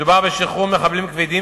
מדובר בשחרור מחבלים כבדים,